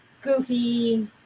Goofy